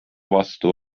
vastu